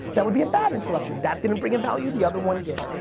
that would be a bad interruption. that didn't bring a value, the other one did.